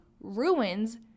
ruins